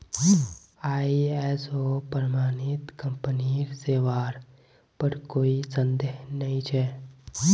ISO प्रमाणित कंपनीर सेवार पर कोई संदेह नइ छ